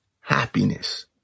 happiness